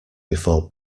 before